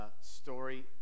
story